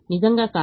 నిజంగా కాదు